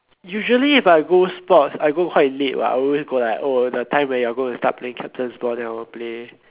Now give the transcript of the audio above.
usually if I go sports I go quite late what I always go like oh when the time when you are gonna start playing captains ball then I'll play